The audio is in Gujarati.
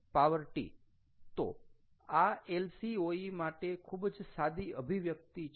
તો આ LCOE માટે ખૂબ જ સાદી અભિવ્યક્તિ છે